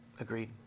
agreed